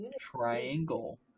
Triangle